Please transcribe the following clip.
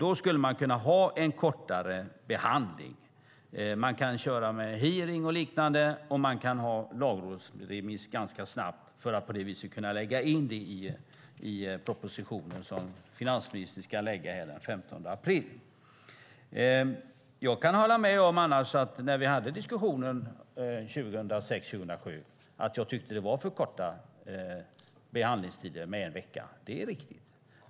Då skulle man kunna ha en kortare behandling. Man kan köra med hearing och liknande, och man kan ha lagrådsremiss ganska snabbt för att på det viset kunna lägga in det i den proposition som finansministern ska lägga fram den 15 april. Jag kan annars hålla med om att jag tyckte att det var för korta behandlingstider med en vecka när vi hade diskussionen 2006-2007. Det är riktigt.